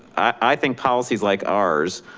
i think policies like ours,